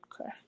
Okay